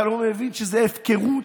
אתה לא מבין שזאת הפקרות,